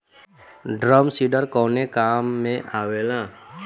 Drum seeder कवने काम में आवेला?